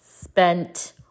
spent